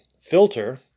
filter